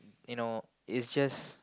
you know is just